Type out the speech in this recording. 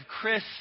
Chris